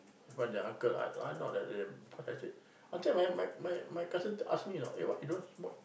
in front of their uncle I not like them I said until my my my cousin ask me eh why you don't want smoke